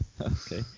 Okay